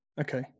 Okay